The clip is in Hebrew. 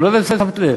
אני לא יודע אם שמת לב.